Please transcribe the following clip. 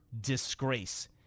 disgrace